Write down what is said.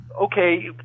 okay